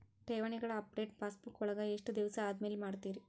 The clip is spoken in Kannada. ಠೇವಣಿಗಳ ಅಪಡೆಟ ಪಾಸ್ಬುಕ್ ವಳಗ ಎಷ್ಟ ದಿವಸ ಆದಮೇಲೆ ಮಾಡ್ತಿರ್?